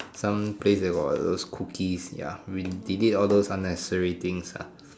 some place that got those cookies ya we delete all those necessary things ah